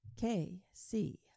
kc